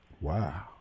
Wow